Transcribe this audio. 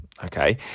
Okay